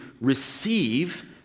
receive